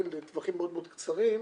לטווחים מאוד מאוד קצרים,